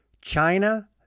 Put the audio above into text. China